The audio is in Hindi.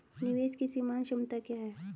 निवेश की सीमांत क्षमता क्या है?